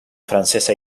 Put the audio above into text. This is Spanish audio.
francesa